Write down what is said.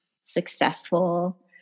successful